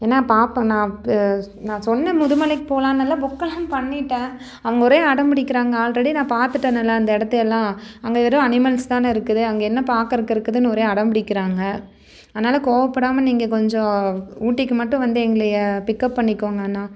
ஏன்னா பாப்பா நான் அவக்கு நான் சொன்னேன் முதுமலைக்கும் போகலானெல்லாம் புக்கெல்லாம் பண்ணிட்டேன் அவங்க ஒரே அடம்பிடிக்கிறாங்க ஆல்ரெடி நான் பார்த்துட்டேன்னல்ல அந்த இடத்தையெல்லாம் அங்கே வெறும் அனிமல்ஸ் தானே இருக்குது அங்கே என்ன பார்க்கறக்கு இருக்குதுன்னும் ஒரே அடம்பிடிக்கிறாங்க ஆனால் கோவப்படாமல் நீங்கள் கொஞ்சம் ஊட்டிக்கு மட்டும் வந்து எங்களய பிக்கப் பண்ணிக்கோங்கண்ணா